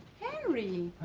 henry,